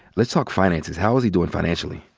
let's talk finances. how is he doing financially?